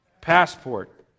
Passport